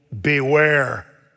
beware